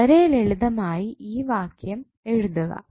വളരെ ലളിതമായി ഈ വാക്യം എഴുതുക